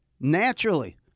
naturally